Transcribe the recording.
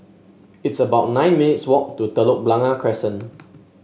it's about nine minutes' walk to Telok Blangah Crescent